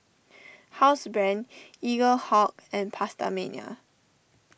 Housebrand Eaglehawk and PastaMania